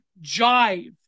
jive